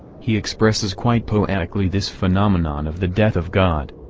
he expresses quite poetically this phenomenon of the death of god.